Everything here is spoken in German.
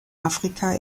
afrika